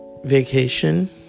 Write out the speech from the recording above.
vacation